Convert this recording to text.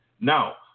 Now